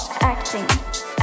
acting